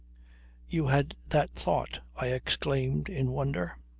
you had that thought, i exclaimed in wonder.